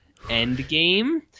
Endgame